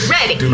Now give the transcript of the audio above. Ready